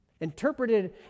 interpreted